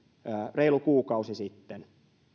reilu kuukausi sitten